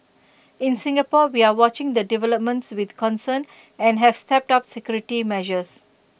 in Singapore we are watching the developments with concern and have stepped up security measures